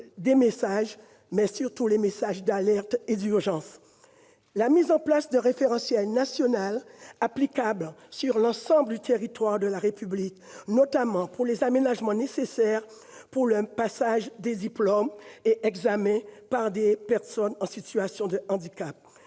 de recevoir les messages d'alerte et d'urgence. Il faut mettre en place un référentiel national applicable sur l'ensemble du territoire de la République, notamment pour les aménagements nécessaires pour le passage des diplômes et examens par des personnes en situation de handicap.